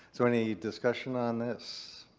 so any discussion on this?